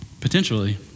potentially